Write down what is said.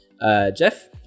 Jeff